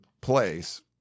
place